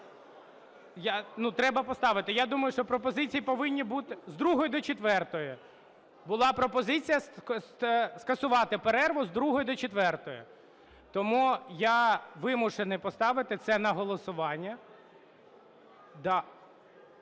Треба поставити, я думаю, що пропозиції повинні бути… з 2-ї до 4-ї. Була пропозиція скасувати перерву з 2-ї до 4-ї. Тому я вимушений поставити це на голосування.